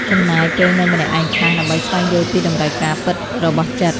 ចំណាយពេលនៅម្នាក់ឯងខ្លះ ដើម្បីស្វែងយល់ពីតម្រូវការពិតរបស់ចិត្ត។